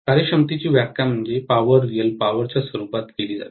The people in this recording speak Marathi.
कार्यक्षमतेची व्याख्या पॉवर रीयल पॉवर च्या रूपात केली जाते